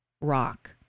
rock